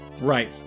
Right